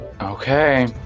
Okay